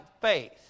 faith